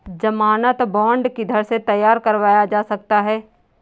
ज़मानत बॉन्ड किधर से तैयार करवाया जा सकता है?